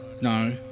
no